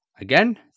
Again